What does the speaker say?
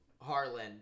Harlan